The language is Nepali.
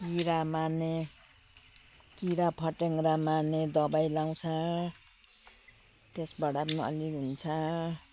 किरा मार्ने किरा फटेङ्ग्रा मार्ने दबाई लगाउँछ त्यसबाट पनि अलि हुन्छ